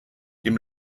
dem